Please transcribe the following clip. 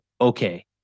okay